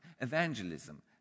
evangelism